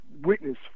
witness